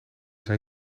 zijn